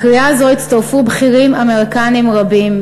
לקריאה זאת הצטרפו בכירים אמריקנים רבים,